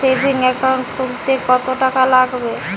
Savings account খুলতে কতটাকা লাগবে?